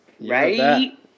Right